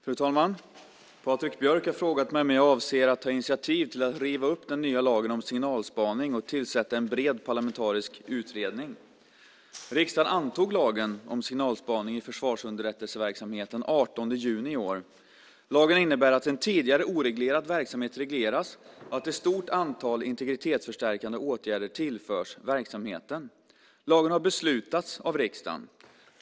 Fru talman! Patrik Björck har frågat mig om jag avser att ta initiativ till att riva upp den nya lagen om signalspaning och tillsätta en bred parlamentarisk utredning. Riksdagen antog lagen om signalspaning i försvarsunderrättelseverksamhet den 18 juni i år. Lagen innebär att en tidigare oreglerad verksamhet regleras och att ett stort antal integritetsförstärkande åtgärder tillförs verksamheten. Lagen har beslutats av riksdagen.